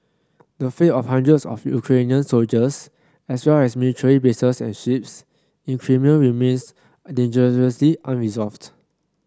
the fate of hundreds of Ukrainian soldiers as well as military bases and ships in Crimea remains dangerously unresolved